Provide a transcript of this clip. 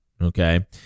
okay